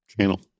channel